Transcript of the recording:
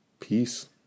peace